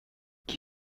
chi